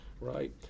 right